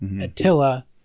attila